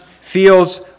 feels